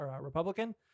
Republican